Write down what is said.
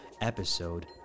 episode